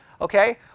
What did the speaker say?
okay